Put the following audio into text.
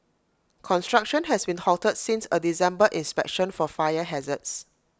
construction has been halted since A December inspection for fire hazards